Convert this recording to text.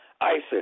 Isis